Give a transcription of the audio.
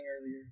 earlier